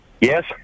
Yes